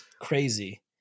Crazy